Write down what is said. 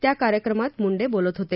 त्या कार्यक्रमात मुंडे बोलत होते